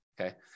okay